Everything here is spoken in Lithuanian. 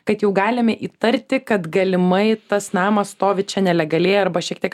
kad jau galime įtarti kad galimai tas namas stovi čia nelegaliai arba šiek tiek